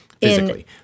physically